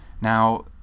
now